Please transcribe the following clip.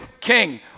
king